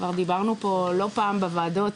כבר דיברנו פה לא פעם בוועדות